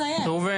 ראובן.